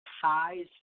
ties